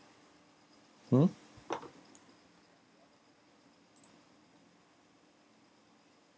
hmm